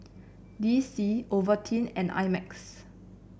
D C Ovaltine and I Max